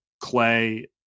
Clay